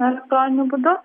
elektroniniu būdu